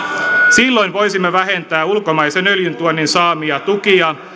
silloin voisimme vähentää ulkomaisen öljyntuonnin saamia tukia